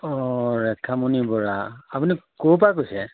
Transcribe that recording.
অঁ ৰেখামণি বৰা আপুনি ক'ৰপৰা কৈছে